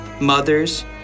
mothers